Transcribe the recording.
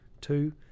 Two